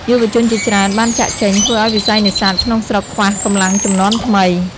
យុវជនជាច្រើនបានចាកចេញ ធ្វើឱ្យវិស័យនេសាទក្នុងស្រុកខ្វះកម្លាំងជំនាន់ថ្មី។